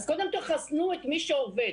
אז קודם תחסנו את מי שעובד.